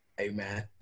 Amen